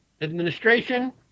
administration